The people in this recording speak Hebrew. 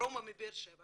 ודרומית לבאר-שבע